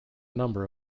number